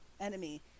enemy